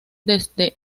desde